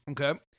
Okay